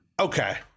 Okay